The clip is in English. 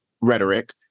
rhetoric